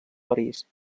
parís